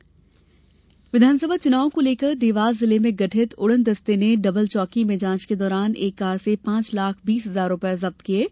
जांच राशि जब्त विधानसभा चुनाव को लेकर देवास जिले में गठित उड़न दस्ते ने डबल चौकी में जाँच के दौरान एक कार से पांच लाख बीस हजार रुपये जब्त किये है